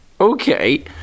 okay